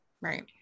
right